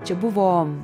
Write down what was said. čia buvo